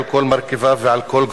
על כל מרכיביו ועל כל גווניו,